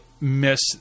miss